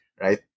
right